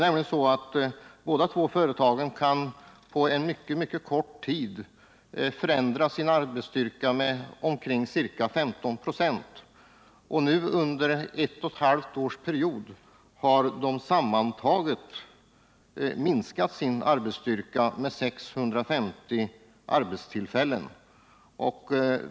De båda företagen kan nämligen på mycket kort tid förändra sin arbetsstyrka med omkring 15 96. Nu har de under en period på ett och ett halvt år genomfört en minskning med sammantaget 650 arbetstillfällen.